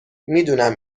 میدونم